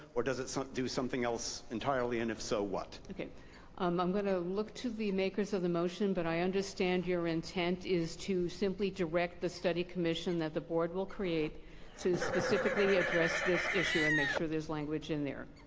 does it do something else entirely? and if so, what? um i'm going to look to the makers of the motion, but i understand your intent is to simply direct the study commission that the board will create to specifically address this issue and make sure there's language in there.